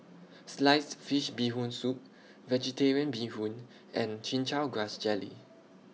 Sliced Fish Bee Hoon Soup Vegetarian Bee Hoon and Chin Chow Grass Jelly